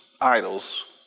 idols